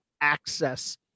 access